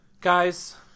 Guys